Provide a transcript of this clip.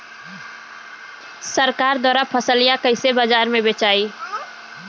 सरकार द्वारा फसलिया कईसे बाजार में बेचाई?